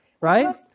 Right